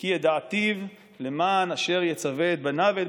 "כי ידעתיו למען אשר יצוה את בניו ואת